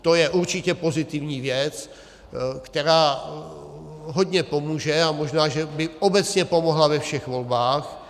To je určitě pozitivní věc, která hodně pomůže, a možná, že by obecně pomohla ve všech volbách.